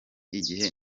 igihe